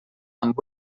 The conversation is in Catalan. amb